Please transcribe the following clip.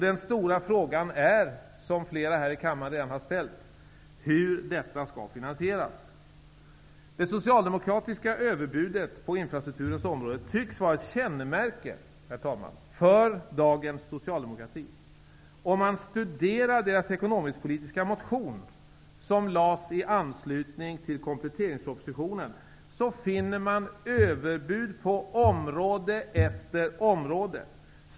Den stora frågan, som flera här i kammaren redan har ställt, är hur detta skall finansieras. Det socialdemokratiska överbudet på infrastrukturens område tycks vara ett kännemärke, herr talman, för dagens socialdemokrati. Om man studerar deras ekonomiskpolitiska motion, som väcktes i anslutning till kompletteringspropositionen, finner man överbud på område efter område.